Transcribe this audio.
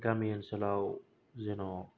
गामि ओनसोलाव जेन'